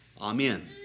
Amen